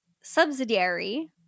subsidiary